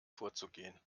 vorzugehen